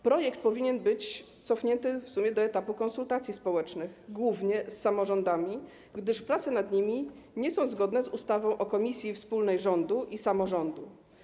Projekt ustawy w sumie powinien być cofnięty do etapu konsultacji społecznych, głównie z samorządami, gdyż prace nad nim nie są zgodne z ustawą o komisji wspólnej rządu i samorządu.